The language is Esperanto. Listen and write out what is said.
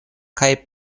kaj